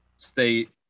state